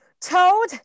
Toad